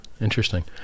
interesting